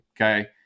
okay